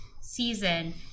season